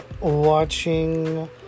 watching